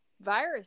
virus